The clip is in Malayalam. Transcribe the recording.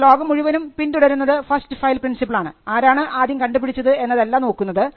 ഇന്ന് ലോകം മുഴുവനും പിന്തുടരുന്നത് ഫസ്റ്റ് ഫയൽ പ്രിൻസിപ്പലാണ് ആരാണ് ആദ്യം കണ്ടുപിടിച്ചത് എന്നതല്ല നോക്കുന്നത്